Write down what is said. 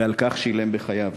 ועל כך שילם בחייו.